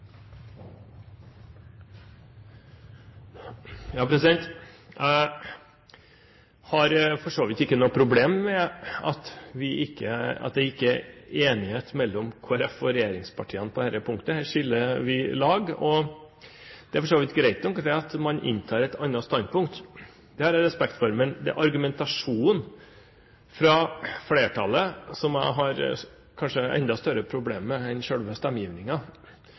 Jeg har for så vidt ikke noe problem med at det ikke er enighet mellom Kristelig Folkeparti og regjeringspartiene på dette punktet. Her skiller vi lag. Og det er for så vidt greit nok at man inntar et annet standpunkt – det har jeg respekt for. Men det er argumentasjonen fra flertallet som jeg kanskje har enda større problemer med enn